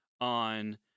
on—